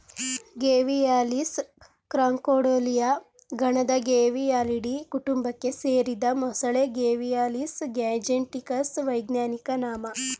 Gavialis Crocodilia ಗಣದ Gavialidae ಕುಟುಂಬಕ್ಕೆ ಸೇರಿದ ಮೊಸಳೆ ಗೇವಿಯಾಲಿಸ್ ಗ್ಯಾಂಜೆಟಿಕಸ್ ವೈಜ್ಞಾನಿಕ ನಾಮ